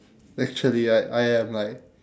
actually I I am like